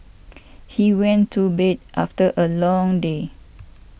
he went to bed after a long day